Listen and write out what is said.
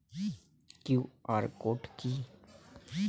QR code কি?